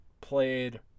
played